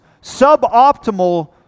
suboptimal